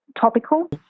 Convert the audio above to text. topical